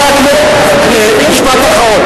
דברים לא נכונים.